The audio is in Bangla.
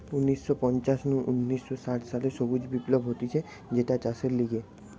উনিশ শ পঞ্চাশ নু উনিশ শ ষাট সালে সবুজ বিপ্লব হতিছে যেটা চাষের লিগে